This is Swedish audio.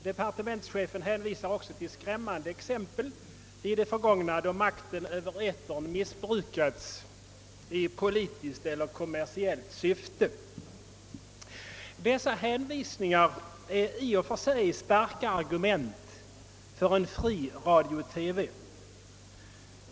Departementschefen hänvisar även till skrämmande exempel i det förgångna, då makten över etern missbrukats i politiskt eller kommersiellt syfte. Dessa hänvisningar är i och för sig starka argument för en fri radio-TV.